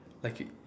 like he